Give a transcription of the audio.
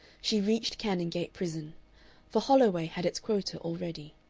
she reached canongate prison for holloway had its quota already.